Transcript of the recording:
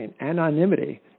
anonymity